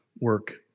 work